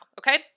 Okay